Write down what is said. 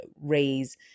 raise